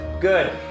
good